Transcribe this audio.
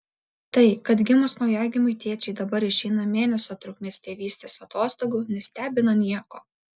tai kad gimus naujagimiui tėčiai dabar išeina mėnesio trukmės tėvystės atostogų nestebina nieko